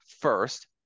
first